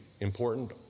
important